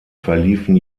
verliefen